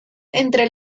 entre